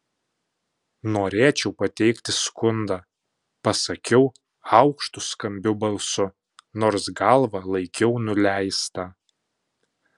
norėčiau pateikti skundą pasakiau aukštu skambiu balsu nors galvą laikiau nuleistą